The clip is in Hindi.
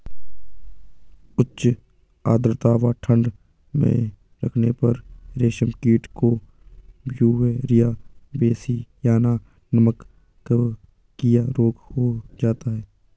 उच्च आद्रता व ठंड में रखने पर रेशम कीट को ब्यूवेरिया बेसियाना नमक कवकीय रोग हो जाता है